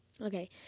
Okay